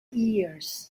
ears